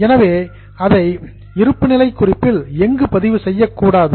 எனவே அதை இருப்புநிலை குறிப்பில் எங்கும் பதிவு செய்யக் கூடாது